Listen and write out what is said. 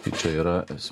tai čia yra esm